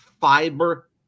fiber